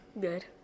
good